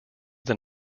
than